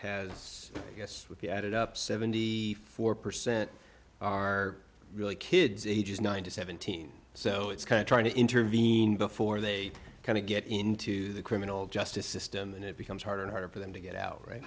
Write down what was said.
the added up seventy four percent are really kids ages nine to seventeen so it's kind of trying to intervene before they kind of get into the criminal justice system and it becomes harder and harder for them to get out right